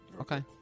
okay